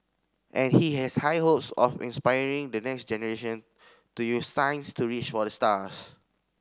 and he has high hopes of inspiring the next generation to use science to reach for the stars